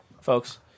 folks